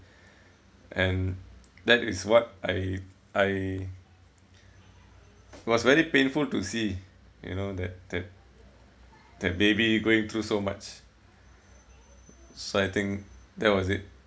and that is what I I it was very painful to see you know that that that baby going through so much so I think that was it